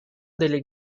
delle